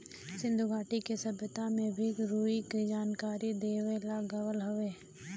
सिन्धु घाटी के सभ्यता में भी रुई क जानकारी देवल गयल हउवे